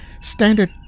Standard